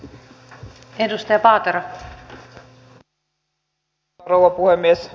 arvoisa rouva puhemies